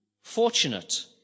fortunate